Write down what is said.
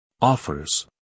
Offers